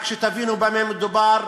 רק שתבינו במה מדובר,